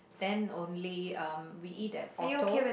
then only um we eat at Orto's